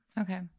Okay